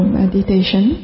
meditation